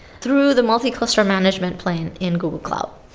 through the multi-cluster management plane in google cloud.